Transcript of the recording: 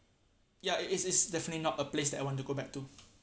ya it is it's definitely not a place that I want to go back to